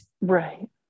Right